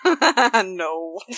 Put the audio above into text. No